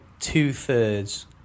two-thirds